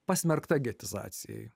pasmerkta getizacijai